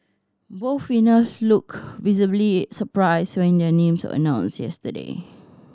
both winner looked visibly surprised when their names announced yesterday